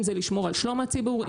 אם לשמור על שלום הציבור,